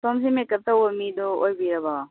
ꯁꯣꯝꯁꯦ ꯃꯦꯛꯀꯞ ꯇꯧꯕ ꯃꯤꯗꯣ ꯑꯣꯏꯕꯤꯔꯕꯣ